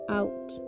out